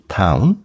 town